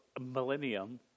millennium